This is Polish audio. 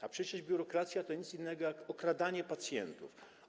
A przecież biurokracja to nic innego jak okradanie pacjentów.